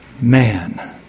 man